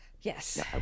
Yes